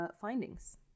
findings